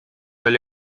oli